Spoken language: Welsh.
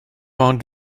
ond